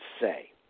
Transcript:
say